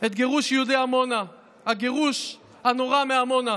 את גירוש יהודי עמונה, הגירוש הנורא מעמונה.